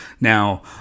Now